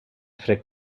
fred